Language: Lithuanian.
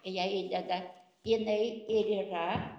ją įdeda jinai ir yra